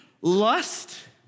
Lust